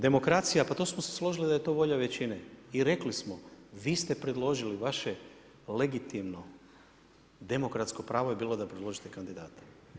Demokracija pa to smo se složili da je to volja većine i rekli smo, vi ste predložili, vaše legitimno demokratsko pravo je bilo da predložite kandidata.